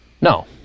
No